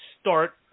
start